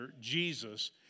jesus